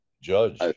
Judge